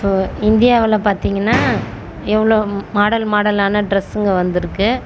இப்போது இந்தியாவில் பார்த்திங்கன்னா எவ்வளோ மாடல் மாடலான ட்ரெஸ்ஸுங்க வந்திருக்கு